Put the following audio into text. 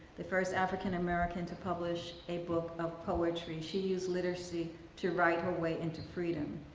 the first african american to publish a book of poetry. she used literacy to write her way into freedom.